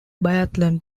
biathlon